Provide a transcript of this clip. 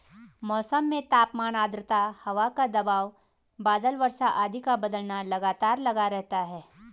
मौसम में तापमान आद्रता हवा का दबाव बादल वर्षा आदि का बदलना लगातार लगा रहता है